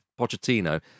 Pochettino